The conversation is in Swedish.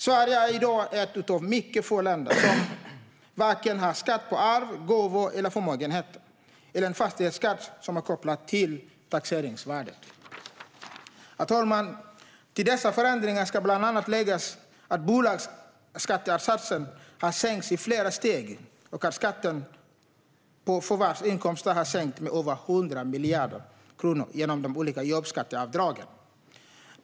Sverige är i dag ett av mycket få länder som varken har skatt på arv, gåvor eller förmögenheter eller en fastighetsskatt som är kopplad till taxeringsvärdet. Herr talman! Till dessa förändringar ska bland annat läggas att bolagsskattesatsen har sänkts i flera steg och att skatten på förvärvsinkomster har sänkts med över 100 miljarder kronor genom de olika jobbskatteavdragen.